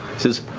says,